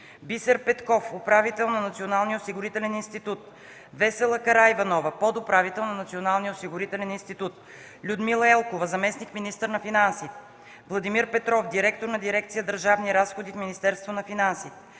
Бисер Петков – управител на Националния осигурителен институт, Весела Караиванова – подуправител на Националния осигурителен институт; Людмила Елкова – заместник-министър на финансите; Владимир Петров – директор на дирекция „Държавни разходи” в Министерство на финансите;